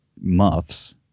muffs